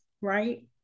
right